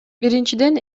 биринчиден